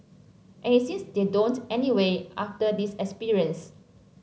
and it seems they don't anyway after this experience